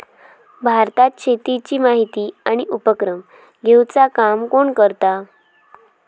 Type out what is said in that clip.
भारतात शेतीची माहिती आणि उपक्रम घेवचा काम कोण करता?